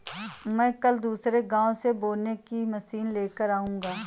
मैं कल दूसरे गांव से बोने की मशीन लेकर आऊंगा